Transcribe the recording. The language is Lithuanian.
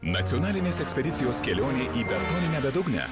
nacionalinės ekspedicijos kelionė į betoninę bedugnę